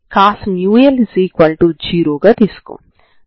వాస్తవానికి మీరు సమాకలనాన్ని ఈ త్రిభుజం లోపల చేయాలనుకుంటున్నారు